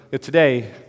today